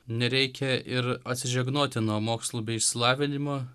nereikia ir atsižegnoti nuo mokslų bei išsilavinimo